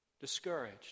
discouraged